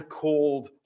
called